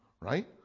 right